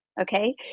Okay